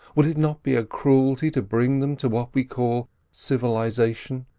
would it not be a cruelty to bring them to what we call civilisation?